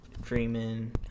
dreaming